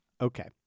Okay